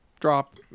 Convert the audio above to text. drop